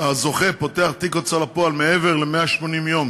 הזוכה פותח תיק הוצאה לפועל מעבר ל-180 יום